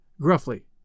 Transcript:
gruffly